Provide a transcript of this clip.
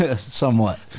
somewhat